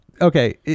okay